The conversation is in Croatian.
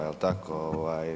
Jel tako ovaj?